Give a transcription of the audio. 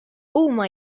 huma